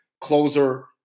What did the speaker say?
closer